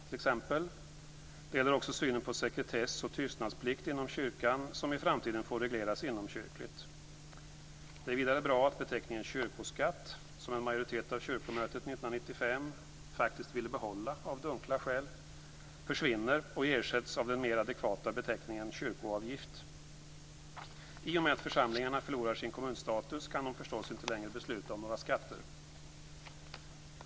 Det gäller också synen på sekretess och tystnadsplikt inom kyrkan, som i framtiden får regleras inomkyrkligt. Det är vidare bra att beteckningen kyrkoskatt, som en majoritet av kyrkomötet 1995 faktiskt ville behålla av dunkla skäl, försvinner och ersätts av den mera adekvata beteckningen kyrkoavgift. I och med att församlingarna förlorar sin kommunstatus kan de förstås inte längre besluta om några skatter.